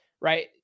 Right